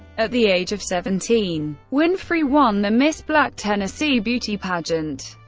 at the age of seventeen, winfrey won the miss black tennessee beauty pageant.